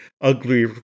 ugly